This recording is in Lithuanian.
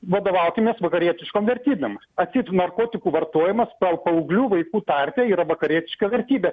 vadovaukimės vakarietiškom vertybėm atseit narkotikų vartojimas pa paauglių vaikų tarpe yra vakarietiška vertybė